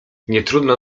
nietrudno